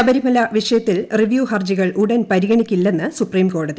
ശബരിമല വിഷയത്തിൽ റിവ്യു ഹർജികൾ ഉടൻ ന് പരിഗണിക്കില്ലെന്ന് സൂപ്പീം കോടതി